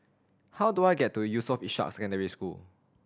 how do I get to Yusof Ishak Secondary School